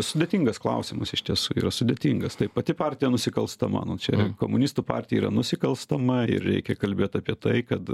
sudėtingas klausimas iš tiesų yra sudėtingas tai pati partija nusikalstama nu čia ir komunistų partija yra nusikalstama ir reikia kalbėt apie tai kad